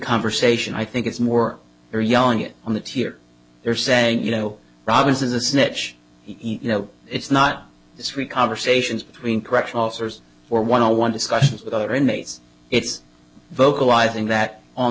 conversation i think it's more they're yelling it on it here they're saying you know robbins is a snitch you know it's not it's free conversations between correctional officers or one on one discussions with other inmates it's vocal